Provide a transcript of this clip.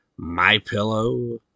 MyPillow